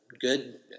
good